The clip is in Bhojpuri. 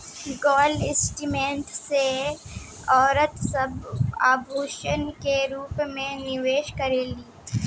गोल्ड इन्वेस्टमेंट में औरत सब आभूषण के रूप में निवेश करेली